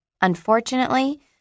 Unfortunately